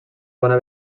bona